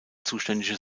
zuständige